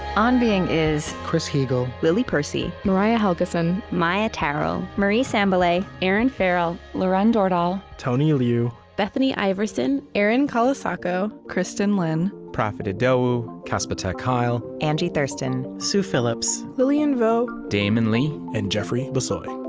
on being is chris heagle, lily percy, mariah helgeson, maia tarrell, marie sambilay, erinn farrell, lauren dordal, tony liu, bethany iverson erin colasacco, kristin lin, profit idowu, casper ter kuile, angie thurston, sue phillips, lilian vo, damon lee, and jeffrey bissoy